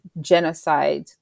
genocide